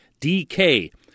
DK